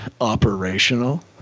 operational